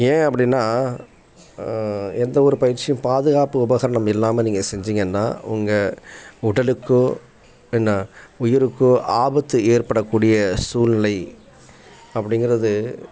ஏன் அப்படின்னா எந்த ஒரு பயிற்சியும் பாதுகாப்பு உபகரணம் இல்லாமல் நீங்கள் செஞ்சீங்கன்னா உங்கள் உடலுக்கோ என்ன உயிருக்கோ ஆபத்து ஏற்படக்கூடிய சூழ்நிலை அப்படிங்குறது